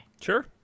Sure